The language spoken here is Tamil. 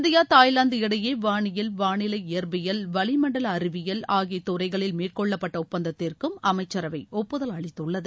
இந்தியா தாய்வாந்து இடையே வாளியல் வாளிலை இயற்பியல் வலி மண்டல அறிவியில் ஆகிய துறைகளில் மேற்கொள்ளப்பட்ட ஒப்பந்தத்திற்கும் அமைச்சரவை ஒப்புதல் அளித்துள்ளது